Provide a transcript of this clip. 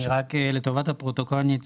רק לטובת הפרוטוקול אני אציין.